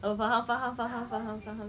oh faham faham faham faham faham